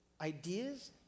ideas